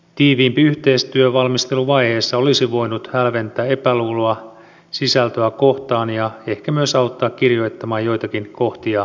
tiiviimpi yhteistyö valmisteluvaiheessa olisi voinut hälventää epäluuloa sisältöä kohtaan ja ehkä myös auttaa kirjoittamaan joitakin kohtia selkeämmin